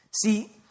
See